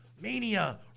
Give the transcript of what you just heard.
mania